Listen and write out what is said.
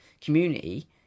community